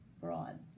broad